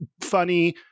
funny